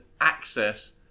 access